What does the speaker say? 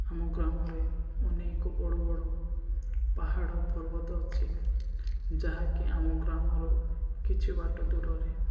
ଆମ ଗ୍ରାମରେ ଅନେକ ବଡ଼ ବଡ଼ ପାହାଡ଼ ପର୍ବତ ଅଛି ଯାହାକି ଆମ ଗ୍ରାମରୁ କିଛି ବାଟ ଦୂରରେ